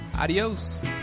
Adios